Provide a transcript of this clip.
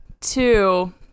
Two